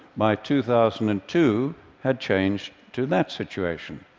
by two thousand and two had changed to that situation.